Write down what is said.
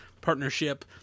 partnership